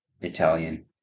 Italian